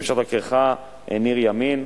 ניר ימין.